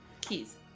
keys